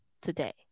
today